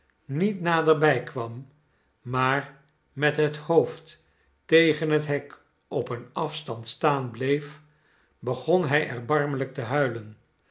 niet naderbij kwam maar met het hoofd tegen het hek op een afstand staan bleef begon hij erbarmelijk te huilen